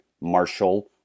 Marshall